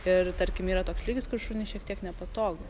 ir tarkim yra toks lygis kur šuniui šiek tiek nepatogu